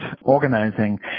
organizing